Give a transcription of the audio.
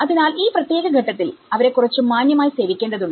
അതിനാൽ ഈ പ്രത്യേക ഘട്ടത്തിൽഅവരെ കുറച്ചു മാന്യമായി സേവിക്കേണ്ടതുണ്ട്